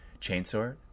Chainsaw